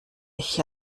ich